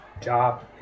job